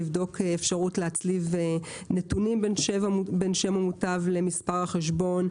לבדוק אפשרות להצליב בין שם המוטב למספר החשבון.